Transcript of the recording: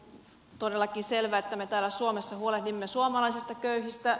on todellakin selvää että me täällä suomessa huolehdimme suomalaisista köyhistä